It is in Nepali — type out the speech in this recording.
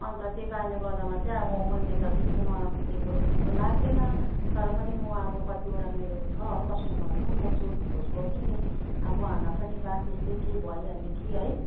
अन्त त्यही कारणले गर्दामा चाहिँ अब मैले त त्यस्तो नराम्रो दिएको जस्तो लाग्दैन तर पनि म अब कतिवटा मेरो छ कस्टमरहरू म सोधखोज गर्छु नि अब उहाँहरूलाई पनि वा त्यस्तै भइहाले कि है